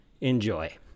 enjoy